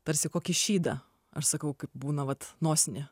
tarsi kokį šydą aš sakau būna vat nosinė